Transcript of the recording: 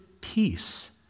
peace